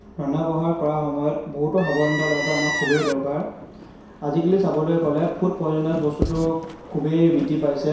ৰন্ধা বঢ়া কৰাৰ সময়ত বহুতো সাৱধানতা লোৱাটো আমাৰ খুবেই দৰকাৰ আজিকালি চাবলৈ গ'লে ফুড পইজনাছ বস্তুটো খুবেই বৃদ্ধি পাইছে